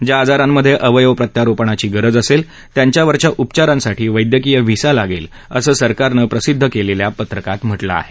ज्या आजारांमध्ये अवयव प्रत्यारोपणाची गरज असेल त्यांच्यावरच्या उपचारांसाठी वैद्यकीय व्हिसा लागेल असं सरकारनं प्रसिद्ध केलेल्या पत्रकात म्हटलं आहे